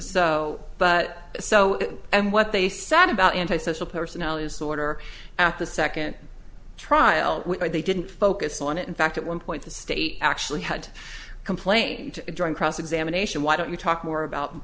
so but so and what they said about anti social personality disorder at the second trial they didn't focus on it in fact at one point the state actually had a complaint during cross examination why don't we talk more about